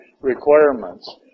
requirements